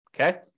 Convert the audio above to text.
Okay